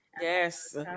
Yes